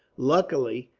luckily,